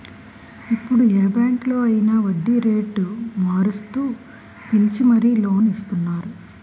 ఇప్పుడు ఏ బాంకులో అయినా వడ్డీరేటు మారుస్తూ పిలిచి మరీ లోన్ ఇస్తున్నారు